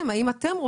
אבל זה מה שאנחנו